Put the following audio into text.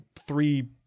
three